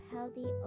Healthy